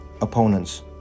opponents